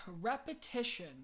repetition